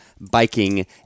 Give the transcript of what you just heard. biking